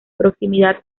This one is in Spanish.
proximidad